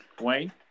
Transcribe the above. Wayne